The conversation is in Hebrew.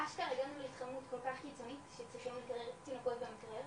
אשכרה הגענו להתחממות כל כך קיצונית שצריכים לקרר תינוקות במקרר.